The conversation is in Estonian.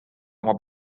oma